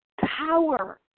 power